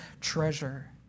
treasure